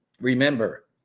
Remember